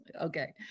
Okay